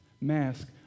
mask